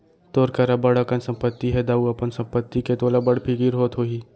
तोर करा बड़ अकन संपत्ति हे दाऊ, अपन संपत्ति के तोला बड़ फिकिर होत होही